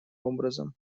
образом